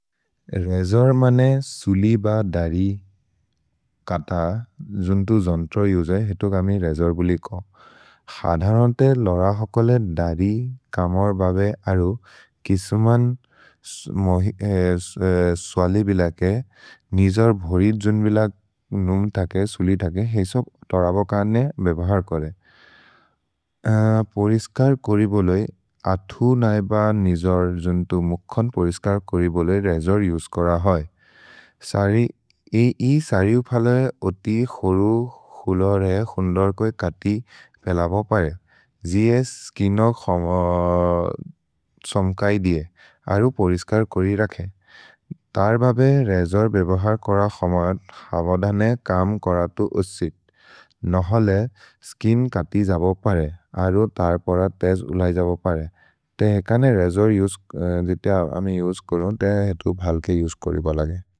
रेजोर् मने सुलि ब दरि कथ जुन्तु जन्त्र युजे हेतु गमि रेजोर् बुलि को। हधरन्ते लोर हकोले दरि कमोर् बबे अरु किसुमन् स्वलि बिलके निजोर् भोरि जुन्बिल नुम्थके सुलि थके, हेसो तोरबो कने बेभर् कोरे। पोरिस्कर् कोरि बोलोइ अथु नैब निजोर् जुन्तु मुक्खन् पोरिस्कर् कोरि बोले रेजोर् जुज्कोर होइ। इ सरिउ फलरे ओति खुरु खुलरे हुन्दोर्कोए कति पेलबो परे, जिये स्किनो सोम्कै दिए अरु पोरिस्कर् कोरि रखे। तर् बबे रेजोर् बेभर् कोर खमर् हवदने कम् कोरतु उसित्, नहोले स्किन् कति जबो परे, अरु तर् पोर तेज् उलै जबो परे। ते हेकने रेजोर् जिते अमे जुज्कोरोन् ते हेतु भल्के जुज्कोरि बोलगे।